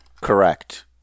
Correct